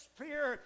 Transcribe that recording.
fear